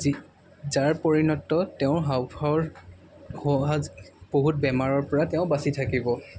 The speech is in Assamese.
যি যাৰ পৰিণতত তেওঁৰ হাওঁফাওঁৰ বহুত বেমাৰৰ পৰা তেওঁ বাছি থাকিব